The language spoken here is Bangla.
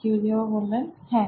কিউরিও হ্যাঁ